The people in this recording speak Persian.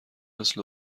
مثل